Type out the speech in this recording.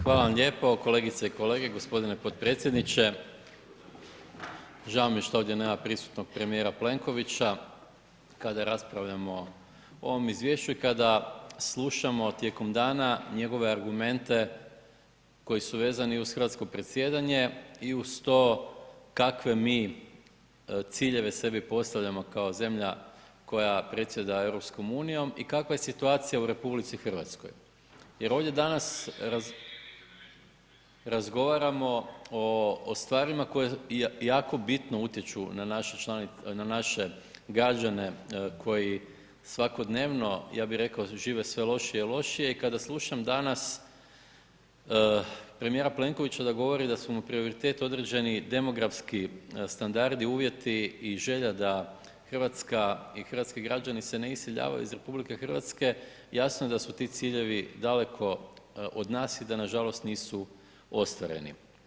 Hvala vam lijepo, kolegice i kolege, g. potpredsjedniče, žao mi je što ovdje nema prisutnog premijera Plenkovića kada raspravljamo o ovom izvješću i kada slušamo tijekom dana njegove argumente koji su vezani uz hrvatsko predsjedanje i uz to kakve mi ciljeve sebi postavljamo kao zemlja koja predsjeda EU i kakva je situacija u RH, jer ovdje danas razgovaramo o stvarima koje jako bitno utječu na naše, na naše građane koji svakodnevno, ja bi rekao, žive sve lošije i lošije i kada slušam danas premijera Plenkovića da govori da su mu prioritet određeni demografski standardi i uvjeti i želja da RH i hrvatski građani se ne iseljavaju iz RH, jasno je da su ti ciljevi daleko od nas i da nažalost nisu ostvareni.